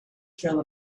trail